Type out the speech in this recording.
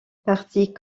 partit